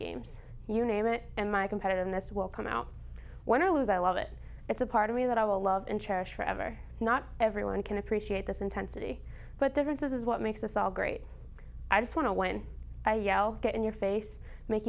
game you name it and my competitiveness will come out when i lose i love it it's a part of me that i will love and cherish forever not everyone can appreciate this intensity but doesn't this is what makes us all great i just want to when i yell get in your face make